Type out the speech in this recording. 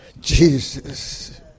Jesus